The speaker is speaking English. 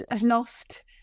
lost